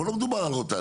פה לא מדובר על רוטציה,